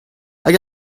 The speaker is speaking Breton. hag